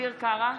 אביר קארה,